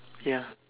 ya